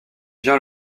vient